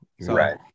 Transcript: Right